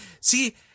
see